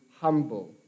humble